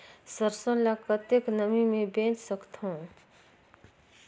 सरसो ल कतेक नमी मे बेच सकथव?